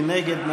מי נגד?